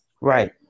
Right